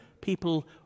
people